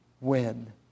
win